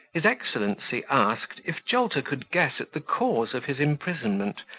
his excellency asked, if jolter could guess at the cause of his imprisonment,